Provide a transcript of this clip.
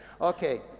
Okay